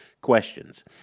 Questions